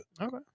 Okay